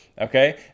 okay